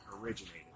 originated